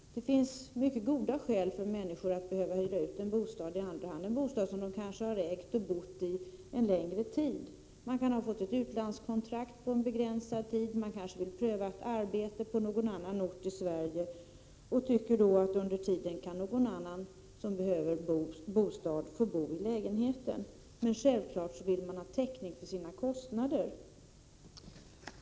Det finns mycket goda skäl för människor att behöva hyra ut en bostad i andra hand, en bostad som de kanske ägt och bott i en längre tid. Man kan ha fått ett utlandskontrakt på begränsad tid, man kanske vill pröva ett arbete på någon annan ort i Sverige osv. och tycker att någon annan som behöver bostad under tiden kan få bo i lägenheten. Självfallet vill man ha täckning för sina kostnader.